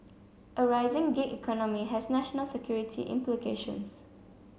a rising gig economy has national security implications